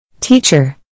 Teacher